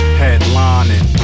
headlining